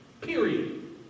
Period